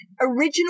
original